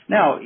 Now